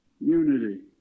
unity